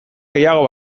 gehiago